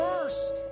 first